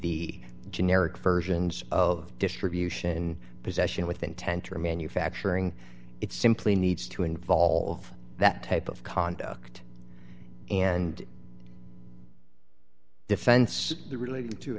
be generic versions of distribution possession with intent or manufacturing it simply needs to involve that type of conduct and defense relat